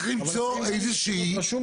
צריך למצוא איזושהי --- צריך להיות רשום,